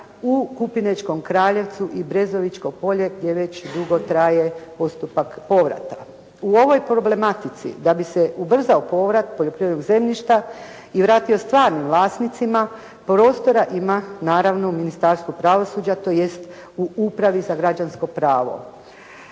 u Kupinečkom Kraljevcu i Brezovičko polje gdje je već dugo traje postupak povrata. U ovoj problematici da bi se ubrzao povrat poljoprivrednog zemljišta i vratio stvarnim vlasnicima prostora ima naravno u Ministarstvu pravosuđa tj. u Upravi za građansko pravo.